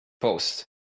post